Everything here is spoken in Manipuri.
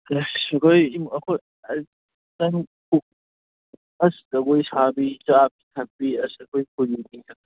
ꯑꯁ ꯑꯩꯈꯣꯏ ꯑꯁ ꯖꯒꯣꯏ ꯁꯥꯕꯤ ꯆꯥꯕꯤ ꯊꯛꯄꯤ ꯑꯁ ꯑꯈꯣꯏ ꯈꯨꯟꯒꯤ ꯃꯤꯅ